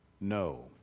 no